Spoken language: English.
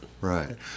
right